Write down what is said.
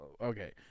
okay